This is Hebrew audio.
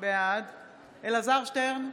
בעד אלעזר שטרן,